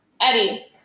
Eddie